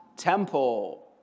temple